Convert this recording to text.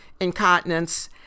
incontinence